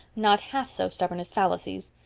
not half so stubborn as fallacies.